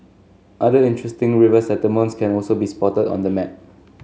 other interesting river settlements can also be spotted on the map